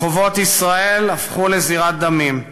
רחובות ישראל הפכו לזירת דמים,